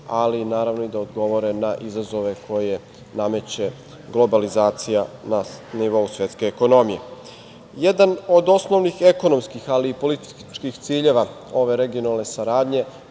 ali, naravno, i da odgovore na izazove koje nameće globalizacija na nivou svetske ekonomije. Jedan od osnovnih ekonomskih, ali i političkih ciljeva ove regionalne saradnje